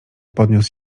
podniósł